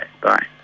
bye